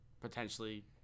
potentially